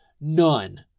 None